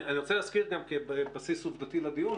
אני רוצה להזכיר גם כבסיס עובדתי לדיון,